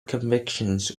convictions